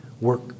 work